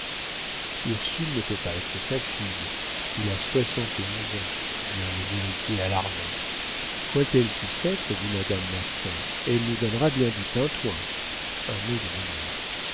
ursule ne peut pas être sa fille il a soixante et onze ans dirent les héritiers alarmés quoi qu'elle puisse être dit madame massin elle nous donnera bien du tintoin un mot de